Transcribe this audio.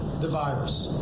the virus.